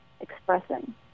expressing